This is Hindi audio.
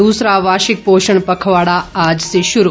दूसरा वार्षिक पोषण पखवाड़ा आज से शुरू